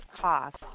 cost